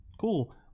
cool